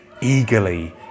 eagerly